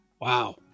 wow